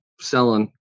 selling